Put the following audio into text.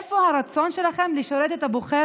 איפה הרצון שלכם לשרת את הבוחר?